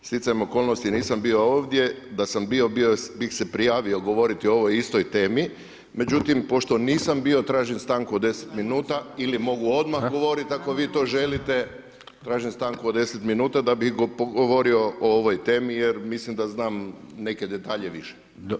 Stjecajem okolnosti nisam bio ovdje, da sam bio, bio bih se prijavio govoriti o ovoj istoj temi, međutim, pošto nisam bio tražim stanku od 10 minuta ili mogu odmah govoriti ako vi to želite, tražim stanku od 10 minuta da bi govorio o ovoj temi jer mislim da znam neke detalje više.